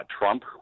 Trump